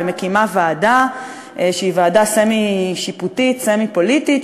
ומקימה ועדה שהיא ועדה סמי-שיפוטית סמי-פוליטית,